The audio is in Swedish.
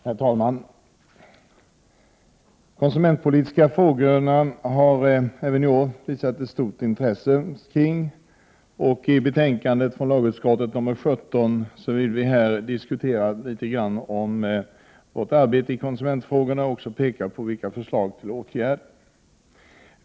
Herr talman! De konsumentpolitiska frågorna har även i år visats ett stort intresse. I lagutskottets betänkande 17 diskuterar vi vårt arbete när det gäller konsumentfrågorna och pekar på förslag till åtgärder.